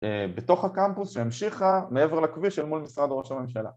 אה.. בתוך הקמפוס שהמשיכה מעבר לכביש אל מול משרד ראש הממשלה